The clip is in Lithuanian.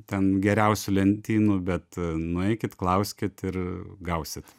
ten geriausių lentynų bet nueikit klauskit ir gausit